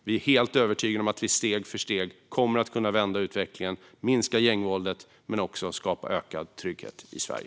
Vi är helt övertygade om att vi steg för steg kommer att kunna vända utvecklingen och minska gängvåldet men också skapa ökad trygghet i Sverige.